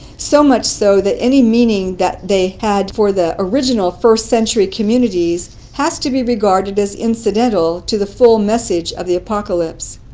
so much so, that any meaning that they had for the original first century communities has to be regarded as incidental to the full message of the apocalypse.